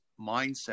mindset